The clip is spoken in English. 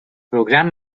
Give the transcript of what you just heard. program